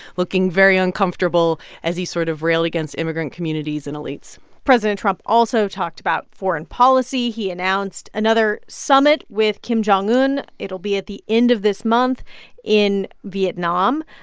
looking very uncomfortable as he sort of railed against immigrant communities and elites president trump also talked about foreign policy. he announced another summit with kim jong-un. it'll be at the end of this month in vietnam.